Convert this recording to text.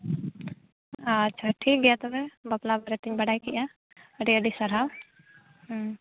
ᱟᱪᱪᱷᱟ ᱴᱷᱤᱠ ᱜᱮᱭᱟ ᱛᱚᱵᱮ ᱵᱟᱯᱞᱟ ᱵᱟᱨᱮ ᱛᱤᱧ ᱵᱟᱰᱟᱭ ᱠᱮᱫᱼᱟ ᱟᱹᱰᱤ ᱟᱹᱰᱤ ᱥᱟᱨᱦᱟᱣ